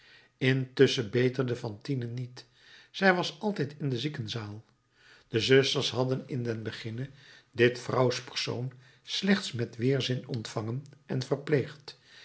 intusschen beterde fantine niet zij was altijd in de ziekenzaal de zusters hadden in den beginne dit vrouwspersoon slechts met weerzin ontvangen en verpleegd